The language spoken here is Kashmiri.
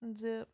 زِ